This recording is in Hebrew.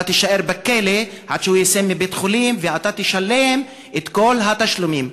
אתה תישאר בכלא עד שהוא יצא מבית-חולים ואתה תשלם את כל התשלומים.